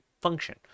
function